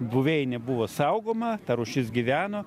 buveinė buvo saugoma ta rūšis gyveno